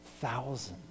thousands